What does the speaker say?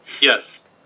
Yes